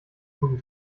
guten